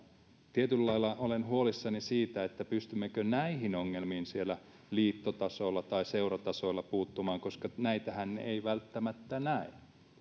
tietyllä lailla olen huolissani siitä pystymmekö näihin ongelmiin siellä liittotasolla tai seuratasolla puuttumaan koska näitähän ei välttämättä näe